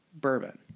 bourbon